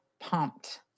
pumped